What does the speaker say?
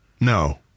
No